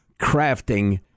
crafting